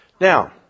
Now